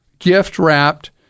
gift-wrapped